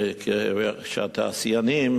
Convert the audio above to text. שהתעשיינים,